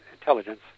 intelligence